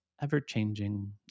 ever-changing